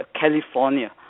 California